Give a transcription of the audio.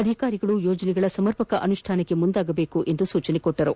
ಅಧಿಕಾರಿಗಳು ಯೋಜನೆಗಳ ಸಮರ್ಪಕ ಅನುಷ್ಠಾನಕ್ಕೆ ಮುಂದಾಗಬೇಕು ಎಂದರು